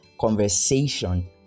conversation